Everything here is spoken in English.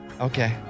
Okay